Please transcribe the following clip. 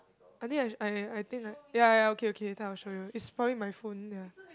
I think I I think I ya ya okay okay later I'll show you it's probably in my phone ya